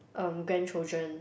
um grandchildren